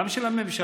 גם של הממשלה,